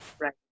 Right